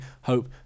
hope